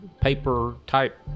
paper-type